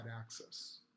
access